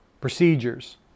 procedures